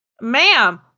Ma'am